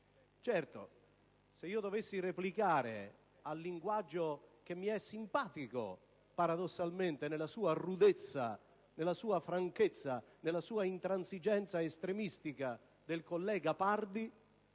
Certo, se io dovessi replicare al linguaggio, paradossalmente, che mi è simpatico, nella sua rudezza, nella sua franchezza e nella sua intransigenza estremistica del collega Pardi,